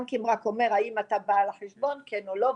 והבנק רק שואל האם אתה בעל החשבון כן או לא,